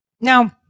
Now